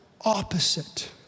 opposite